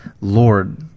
Lord